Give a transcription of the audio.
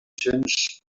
cents